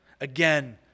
Again